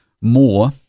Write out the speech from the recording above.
more